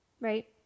right